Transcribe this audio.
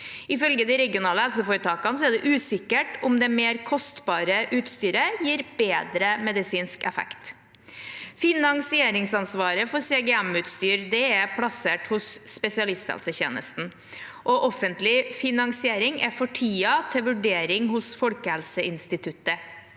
Ifølge de regionale helseforetakene er det usikkert om det mer kostbare utstyret gir bedre medisinsk effekt. Finansieringsansvaret for CGM-utstyr er plassert hos spesialisthelsetjenesten, og offentlig finansiering er for tiden til vurdering hos Folkehelseinstituttet.